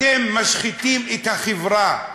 אתם משחיתים את החברה,